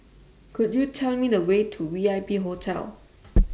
Could YOU Tell Me The Way to V I P Hotel